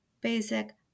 basic